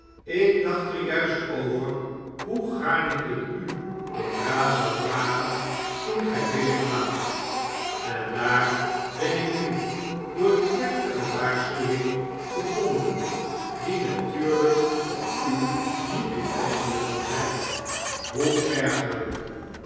ik dacht er juist over hoe gaarne ik u om raad zou vragen toen gy binnenkwaamt en daar ben ik nu door die plechtige waarschuwing gebonden die natuurlijk op u niet toepasselijk kan zgn hoe ergerlyk